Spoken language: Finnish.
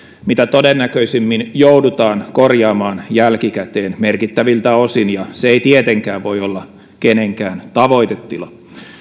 mitä todennäköisimmin joudutaan korjaamaan jälkikäteen merkittäviltä osin ja se ei tietenkään voi olla kenenkään tavoitetila